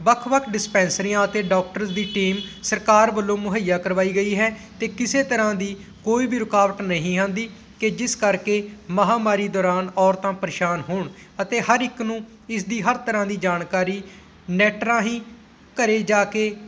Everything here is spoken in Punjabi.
ਵੱਖ ਵੱਖ ਡਿਸਪੈਂਸਰੀਆਂ ਅਤੇ ਡੋਕਟਰਸ ਦੀ ਟੀਮ ਸਰਕਾਰ ਵੱਲੋਂ ਮੁਹੱਈਆ ਕਰਵਾਈ ਗਈ ਹੈ ਅਤੇ ਕਿਸੇ ਤਰ੍ਹਾਂ ਦੀ ਕੋਈ ਵੀ ਰੁਕਾਵਟ ਨਹੀਂ ਆਉਂਦੀ ਕਿ ਜਿਸ ਕਰਕੇ ਮਹਾਂਮਾਰੀ ਦੌਰਾਨ ਔਰਤਾਂ ਪ੍ਰੇਸ਼ਾਨ ਹੋਣ ਅਤੇ ਹਰ ਇੱਕ ਨੂੰ ਇਸ ਦੀ ਹਰ ਤਰ੍ਹਾਂ ਦੀ ਜਾਣਕਾਰੀ ਨੈੱਟ ਰਾਹੀਂ ਘਰ ਜਾ ਕੇ